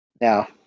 Now